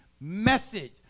message